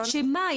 שמה?